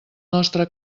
nostre